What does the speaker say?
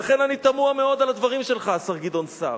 ולכן אני תמה מאוד על הדברים שלך, השר גדעון סער,